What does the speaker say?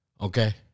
Okay